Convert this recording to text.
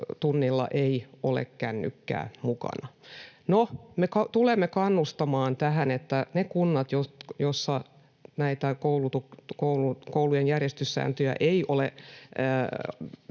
tunnilla ei ole kännykkää mukana. No, me tulemme kannustamaan tähän, että ne kunnat, joissa koulujen järjestyssääntöjä ei ole